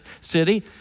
city